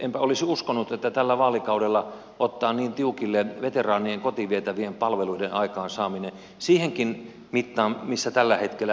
enpä olisi uskonut että tällä vaalikaudella ottaa niin tiukille veteraanien kotiin vietävien palveluiden aikaansaaminen siihenkin mittaan missä tällä hetkellä mennään